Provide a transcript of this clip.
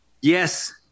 Yes